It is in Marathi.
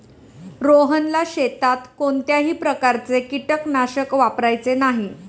रोहनला शेतात कोणत्याही प्रकारचे कीटकनाशक वापरायचे नाही